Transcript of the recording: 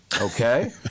Okay